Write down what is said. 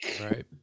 Right